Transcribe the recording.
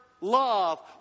love